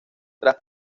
tras